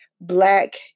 black